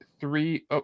three